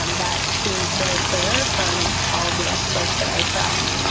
um that seems very clear from all of the experts that i trust.